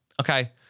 Okay